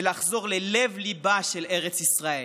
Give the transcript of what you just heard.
ולחזור ללב-ליבה של ארץ ישראל.